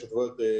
יש התוויות ברורות.